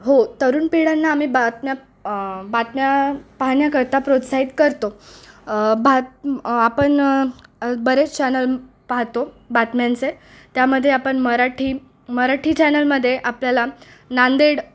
हो तरुण पिढ्यांना आम्ही बातम्या बातम्या पाहण्याकरता प्रोत्साहित करतो भात आपण बरेच चॅनल पाहतो बातम्यांचे त्यामध्ये आपण मराठी मराठी चॅनलमध्ये आपल्याला नांदेड